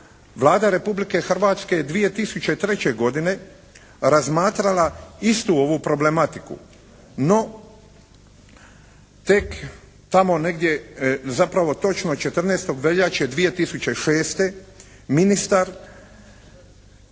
Vlada Republike Hrvatske je 2003. godine razmatrala istu ovu problematiku, no tek tamo negdje zapravo točno 14. veljače 2006. ministar